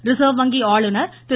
reserve வங்கி ஆளுநர் திரு